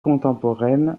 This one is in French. contemporaine